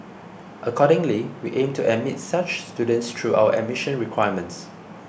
accordingly we aim to admit such students through our admission requirements